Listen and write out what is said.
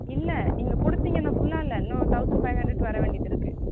இல்லை நீங்கள் கொடுத்தீங்கன்னா ஃபுல்லாக இல்லை இன்னொரு தொளசண்ட் ஃபைவ் ஹண்ட்ரட் வரவேண்டியது இருக்கு